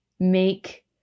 make